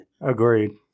Agreed